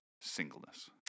singleness